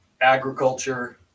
agriculture